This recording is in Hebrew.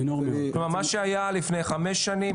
כלומר מה שהיה לפני חמש שנים,